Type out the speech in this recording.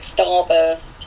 Starburst